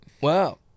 Wow